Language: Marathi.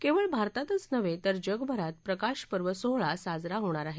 केवळ भारतातच नव्हे तर जगभरात प्रकाशपर्व सोहळा साजरा होणार आहे